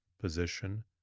position